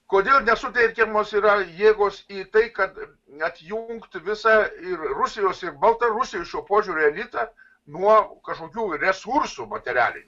kodėl nesutelkiamos yra jėgos į tai kad atjungt visą ir rusijos ir baltarusijoje šiuo požiūriu elitą nuo kažkokių resursų materialinių